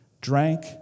drank